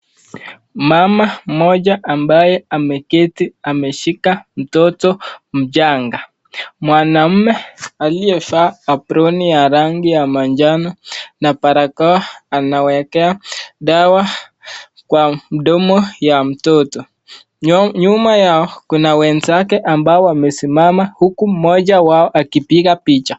Mama ambaye ameketi ameshika mtoto mchanga, mwanamme aliyevaa abroni ya rangi ya manjano na barakoa anawekea dawa kwa mdomo ya mtoto ,nyuma yao kuna wenzake ambao wamesimama huku mmoja wao akipiga picha.